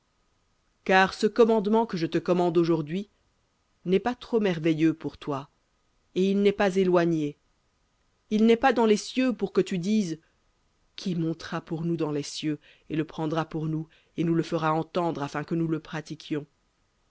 car ce commandement que je te commande aujourd'hui n'est pas trop merveilleux pour toi et il n'est pas éloigné il n'est pas dans les cieux pour que tu dises qui montera pour nous dans les cieux et le prendra pour nous et nous le fera entendre afin que nous le pratiquions